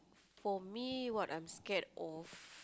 for me what I'm scared of